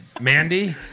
Mandy